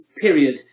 period